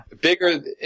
bigger